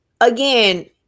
again